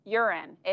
urine